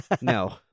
No